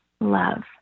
love